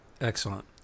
Excellent